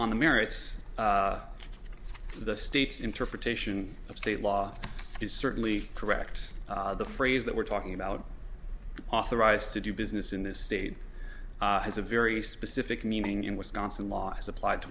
on the merits of the state's interpretation of state law is certainly correct the phrase that we're talking about authorized to do business in this state has a very specific meaning in wisconsin law is applied to